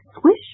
swish